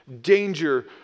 Danger